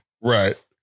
Right